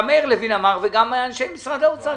גם מאיר לוין אמר וגם אנשי משרד האוצר,